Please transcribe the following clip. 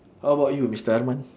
how about you mister arman